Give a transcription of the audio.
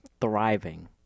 thriving